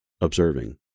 Observing